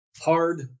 hard